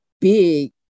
big